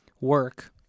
Work